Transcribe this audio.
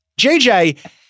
JJ